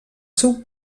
seu